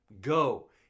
go